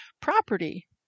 property